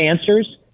answers